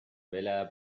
velada